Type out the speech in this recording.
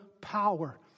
power